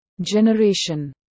generation